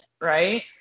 right